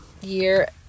year